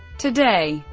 today,